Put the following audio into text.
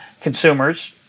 consumers